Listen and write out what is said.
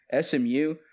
SMU